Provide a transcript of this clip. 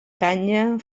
canya